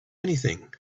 anything